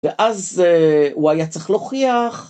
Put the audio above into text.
ואז הוא היה צריך להוכיח.